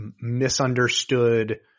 misunderstood